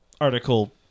article